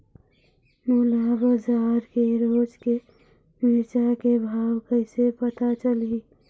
मोला बजार के रोज के मिरचा के भाव कइसे पता चलही?